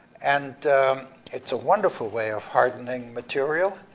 and it's a wonderful way of hardening material,